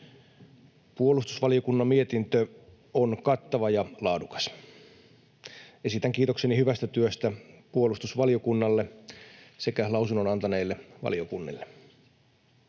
Puolustusvaliokunnan mietintö on kattava ja laadukas. Esitän kiitokseni hyvästä työstä puolustusvaliokunnalle sekä lausunnon antaneille valiokunnille.